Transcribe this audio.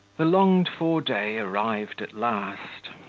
the longed-for day arrived at last.